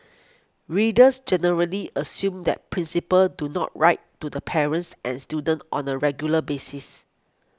readers generally assume that principals do not write to the parents and students on the regular basis